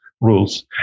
rules